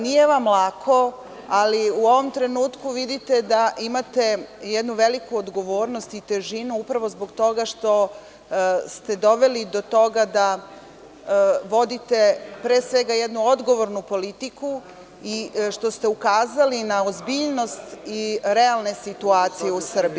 Nije vam lako, ali u ovom trenutku vidite da imate jednu veliku odgovornost i težinu, upravo zbog toga što ste doveli do toga da vodite, pre svega jednu odgovornu politiku i što ste ukazali na ozbiljnost i realne situacije u Srbiji.